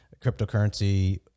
cryptocurrency